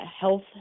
health